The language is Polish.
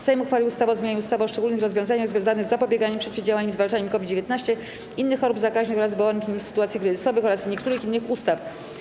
Sejm uchwalił ustawę o zmianie ustawy o szczególnych rozwiązaniach związanych z zapobieganiem, przeciwdziałaniem i zwalczaniem COVID-19, innych chorób zakaźnych oraz wywołanych nimi sytuacji kryzysowych oraz niektórych innych ustaw.